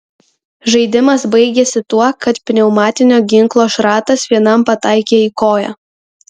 žaidimas baigėsi tuo kad pneumatinio ginklo šratas vienam pataikė į koją